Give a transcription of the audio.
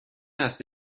است